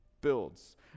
builds